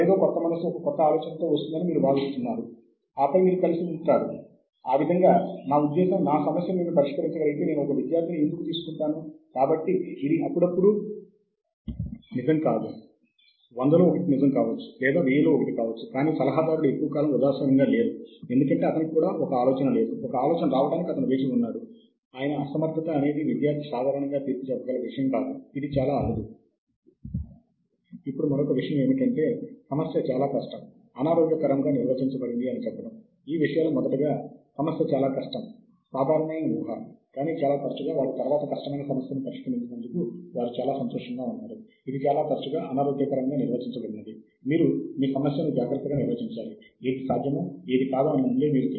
మరియు ఈ వనరులను ఉపయోగించి ఒక నిర్దిష్ట ప్రాంతంలో ముఖ్యమైన పరిశోధన ఫలితాలును ఎలా చూడాలో నేను ఒక ప్రదర్శన ద్వారా మీకు చూపించబోతున్నాను ప్రచురణకర్తల గురించి ఒక మాట జర్నల్ రూపాలలో గల సుమారు ఎనభై శాతం ప్రచురణలను నేను చాలా పరిమిత సంఖ్యలో గల సంస్థ లచే ప్రచురించబడిన గ్రంధాల జాబితా ఇక్కడ ఉన్నది